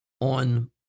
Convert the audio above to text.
on